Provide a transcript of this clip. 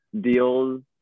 deals